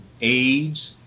AIDS